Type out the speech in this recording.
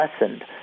lessened